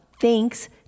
thanks